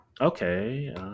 Okay